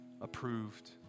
approved